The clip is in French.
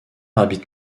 habite